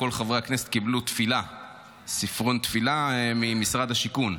כל חברי הכנסת קיבלו ספרון תפילה ממשרד השיכון.